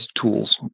tools